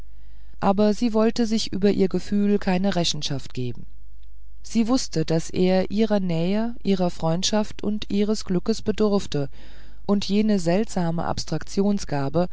aber sie wollte sich über ihr gefühl keine rechenschaft geben sie wußte daß er ihrer nähe ihrer freundschaft und ihres glückes bedurfte und jene seltsame abstraktionsgabe